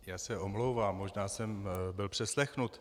Já se omlouvám, možná jsem byl přeslechnut.